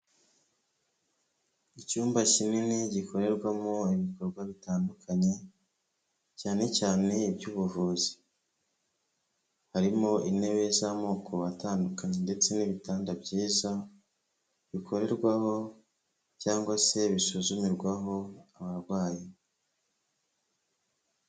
Icyumba kinini gikorerwamo ibikorwa bitandukanye cyane cyane iby'ubuvuzi. Harimo intebe z'amoko atandukanye ndetse n'ibitanda byiza, bikorerwaho cyangwa se bisuzumirwaho abarwayi.